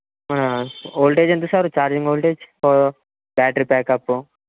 voltage ఎంత sir charging voltage battery backup